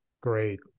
Great